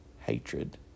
hatred